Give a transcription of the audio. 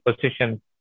position